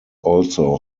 also